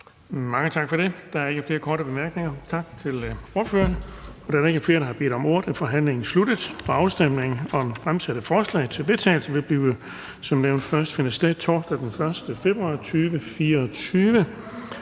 Mange tak for det. Der er ikke flere korte bemærkninger. Tak til ordføreren for forespørgerne. Da der ikke er flere, der har bedt om ordet, er forhandlingen sluttet. Afstemningen om det fremsatte forslag til vedtagelse vil som nævnt først finde sted torsdag den 1. februar 2024.